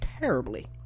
terribly